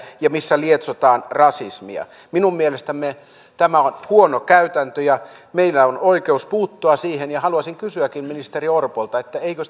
ja missä lietsotaan rasismia minun mielestäni tämä on huono käytäntö ja meillä on oikeus puuttua siihen haluaisinkin kysyä ministeri orpolta eikö